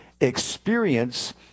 experience